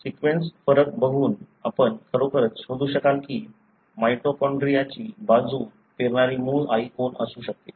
sequence फरक बघून आपण खरोखरच शोधू शकाल की माइटोकॉन्ड्रियाची बीज पेरणारी मूळ आई कोण असू शकते